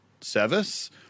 service